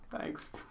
Thanks